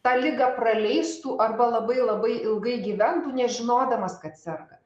tą ligą praleistų arba labai labai ilgai gyventų nežinodamas kad serga